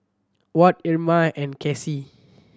Ward Irma and Kasey